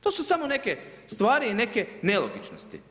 To su samo neke stvari i neke nelogičnosti.